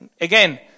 again